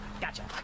Gotcha